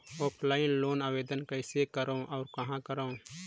Offline loan आवेदन कइसे करो और कहाँ करो?